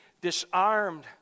disarmed